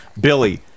Billy